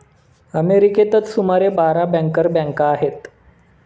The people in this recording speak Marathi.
अमेरिकेतच सुमारे बारा बँकर बँका आहेत